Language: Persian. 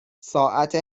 ساعت